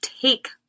take